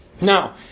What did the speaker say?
Now